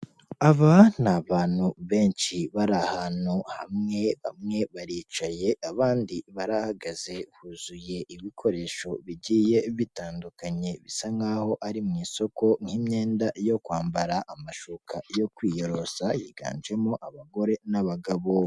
Aba ni abantu benshi bari ahantu hamwe, bamwe baricaye abandi barahagaze, huzuye ibikoresho bigiye bitandukanye, bisa nk'aho ari mu isoko nk'imyenda yo kwambara, amashuka yo kwiyorosa higanjemo abagore n'abagabo.